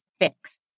fix